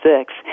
six